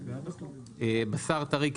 בשר טרי,